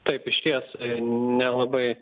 taip išties nelabai